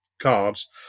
cards